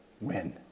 win